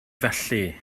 felly